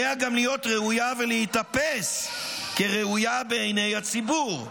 -- עליה גם להיות ראויה ולהיתפס כראויה בעיני הציבור.